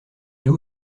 deux